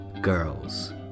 girls